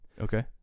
okay